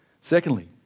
Secondly